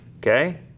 okay